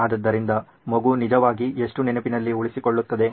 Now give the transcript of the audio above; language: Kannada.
ಆದ್ದರಿಂದ ಮಗು ನಿಜವಾಗಿ ಎಷ್ಟು ನೆನಪಿನಲ್ಲಿ ಉಳಿಸಿಕೊಳ್ಳುತ್ತದೆ